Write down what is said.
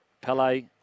Pele